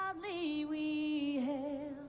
proudly we